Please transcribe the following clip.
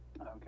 Okay